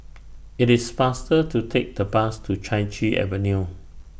IT IS faster to Take The Bus to Chai Chee Avenue